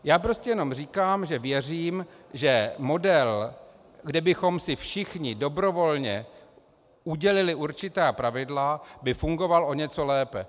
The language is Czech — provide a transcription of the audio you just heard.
Já prostě jenom říkám, že věřím, že model, kdy bychom si všichni dobrovolně udělili určitá pravidla, by fungoval o něco lépe.